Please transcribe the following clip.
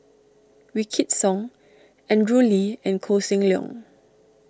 Wykidd Song Andrew Lee and Koh Seng Leong